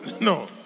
No